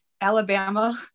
alabama